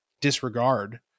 disregard